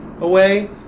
away